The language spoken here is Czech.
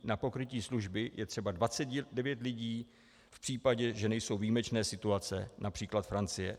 Na pokrytí služby je potřeba 29 lidí v případě, že nejsou výjimečné situace, například Francie.